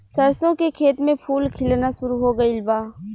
सरसों के खेत में फूल खिलना शुरू हो गइल बा